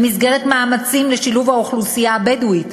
במסגרת מאמצים לשילוב האוכלוסייה הבדואית,